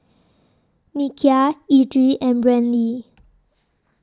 Nikia Edrie and Brantley